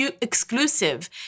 exclusive